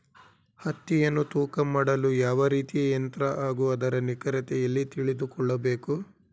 ಹತ್ತಿಯನ್ನು ತೂಕ ಮಾಡಲು ಯಾವ ರೀತಿಯ ಯಂತ್ರ ಹಾಗೂ ಅದರ ನಿಖರತೆ ಎಲ್ಲಿ ತಿಳಿದುಕೊಳ್ಳಬೇಕು?